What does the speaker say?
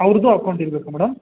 ಅವ್ರದ್ದೂ account ಇರಬೇಕಾ madam